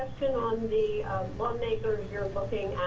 the lawmakers you're looking